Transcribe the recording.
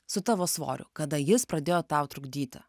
su tavo svoriu kada jis pradėjo tau trukdyti